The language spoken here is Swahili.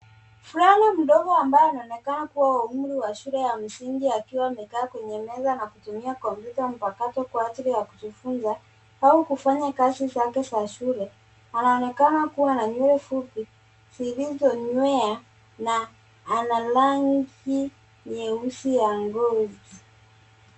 Mvulana mdogo ambaye anaonekana kua wa umri wa shule ya msingi akiwa amekaa kwenye meza na kutumia kompyuta mpakato kwa ajili ya kujifunza, au kufanya kazi zake za shule. Anaonekana kua na nywele fupi zilizonywea, na ana rangi nyeusi ya ngozi.